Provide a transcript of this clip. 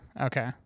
okay